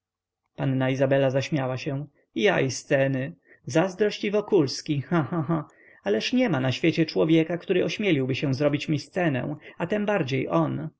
panna izabela zaśmiała się ja i sceny zazdrość i wokulski cha cha cha ależ niema na świecie człowieka który ośmieliłby się zrobić mi scenę a tembardziej on